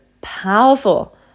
powerful